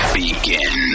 begin